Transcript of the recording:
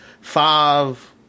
five –